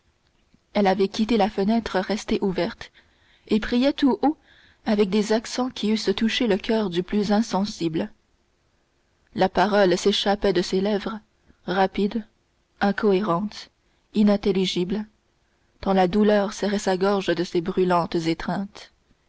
elle avait quitté la fenêtre restée ouverte et priait tout haut avec des accents qui eussent touché le coeur le plus insensible la parole s'échappait de ses lèvres rapide incohérente inintelligible tant la douleur serrait sa gorge de ses brûlantes étreintes